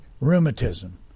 rheumatism